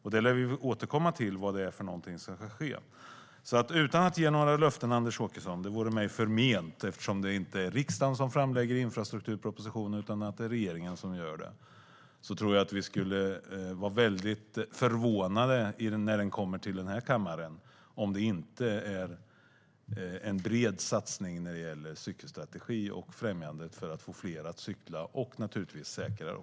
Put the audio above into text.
Vi lär återkomma till vad det är för någonting som ska ske.